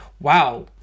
wow